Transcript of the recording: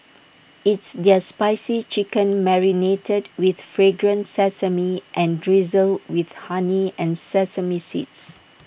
it's their spicy chicken marinated with fragrant sesame and drizzled with honey and sesame seeds